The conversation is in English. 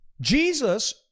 Jesus